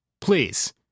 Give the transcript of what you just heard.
Please